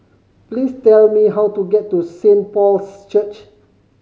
please tell me how to get to Saint Paul's Church